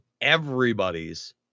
everybody's